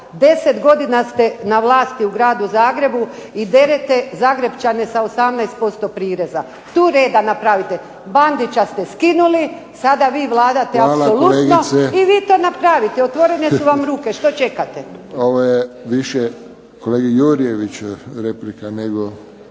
10 godina ste na vlasti u gradu Zagrebu i devete Zagrepčane sa 18% prireza. Tu reda napravite. Bandića ste skinuli sada vi vladate apsolutno i vi to napraviti. Otvorene su vam ruke što čekate. **Friščić, Josip (HSS)** Ovo je više kolegi Jurjeviću replika a